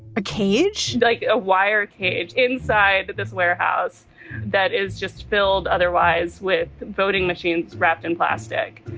a cage like a wire cage inside this warehouse that is just filled otherwise with voting machines wrapped in plastic